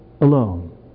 alone